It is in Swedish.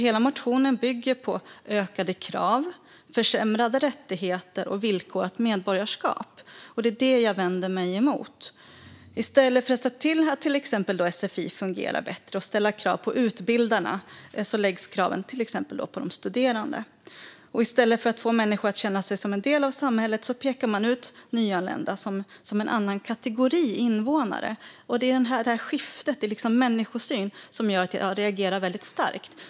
Hela motionen bygger på ökade krav, försämrade rättigheter och villkorat medborgarskap. Det är vad jag vänder mig emot. I stället för att se till att till exempel sfi fungerar bättre och ställa krav på utbildarna läggs kraven på de studerande. I stället för att få människor att känna sig som en del av samhället pekar man ut nyanlända som en annan kategori invånare. Det är skiftet i människosyn som gör att jag reagerar väldigt starkt.